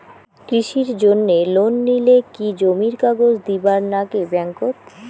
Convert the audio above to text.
কৃষির জন্যে লোন নিলে কি জমির কাগজ দিবার নাগে ব্যাংক ওত?